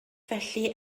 felly